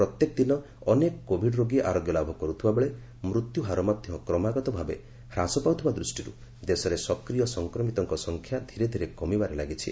ପ୍ରତ୍ୟେକ ଦିନ ଅନେକ କୋଭିଡ୍ ରୋଗୀ ଆରୋଗ୍ୟ ଲାଭ କରୁଥିବା ବେଳେ ମୃତ୍ୟୁ ହାର ମଧ୍ୟ କ୍ରମାଗତ ଭାବେ ହ୍ରାସ ପାଉଥିବା ଦୂଷ୍ଟିରୁ ଦେଶରେ ସକ୍ରିୟ ସଂକ୍ରମିତଙ୍କ ସଂଖ୍ୟା ଧୀରେ ଧୀରେ କମିବାରେ ଲାଗିଛି